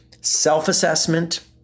self-assessment